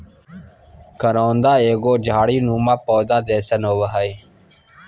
करोंदा एगो झाड़ी नुमा पौधा जैसन होबो हइ